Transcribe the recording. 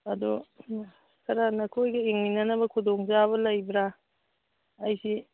ꯑꯗꯣ ꯈꯔ ꯅꯈꯣꯏꯒ ꯌꯦꯡꯃꯤꯟꯅꯅꯕ ꯈꯨꯗꯣꯡ ꯆꯥꯕ ꯂꯩꯕ꯭ꯔ ꯑꯩꯁꯤ